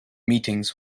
meetings